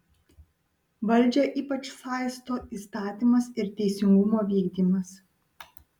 valdžią ypač saisto įstatymas ir teisingumo vykdymas